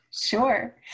Sure